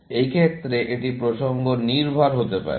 এই ক্ষেত্রে এটি প্রসঙ্গ নির্ভর হতে পারে